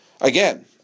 Again